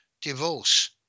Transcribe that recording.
divorce